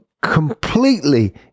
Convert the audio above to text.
completely